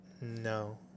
No